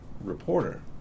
reporter